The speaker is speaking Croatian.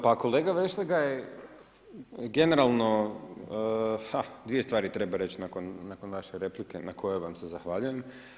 Pa kolega Vešligaj, generalno dvije stvari treba reći nakon vaše replike na kojoj vam se zahvaljujem.